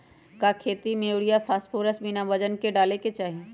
का खेती में यूरिया फास्फोरस बिना वजन के न डाले के चाहि?